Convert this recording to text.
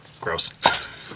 Gross